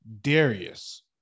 Darius